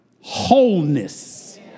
wholeness